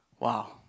Wow